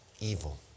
evil